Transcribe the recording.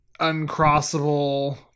uncrossable